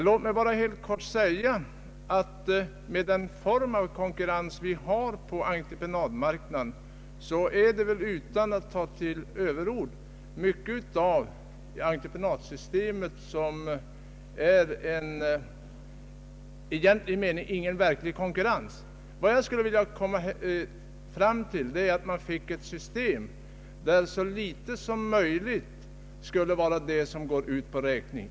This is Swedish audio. Låt mig bara helt kort säga att med de förhållanden vi har på entreprenadmarknaden är det väl utan att ta till överord mycket av entreprenadsystemet som förhindrar konkurrens i egentlig mening. Jag skulle vilja komma fram till att man fick ett system där så litet som möjligt utförs på räkning.